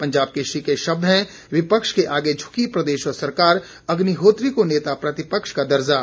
पंजाब केसरी के शब्द हैं विपक्ष के आगे झुकी प्रदेश सरकार अग्निहोत्री को नेता प्रतिपक्ष का दर्जा